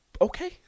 okay